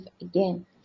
again